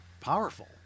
powerful